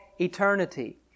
eternity